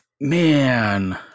man